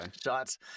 shots